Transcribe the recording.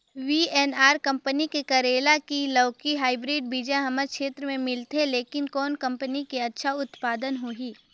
VNR company के करेला की लौकी हाईब्रिड बीजा हमर क्षेत्र मे मिलथे, लेकिन कौन कंपनी के अच्छा उत्पादन होही?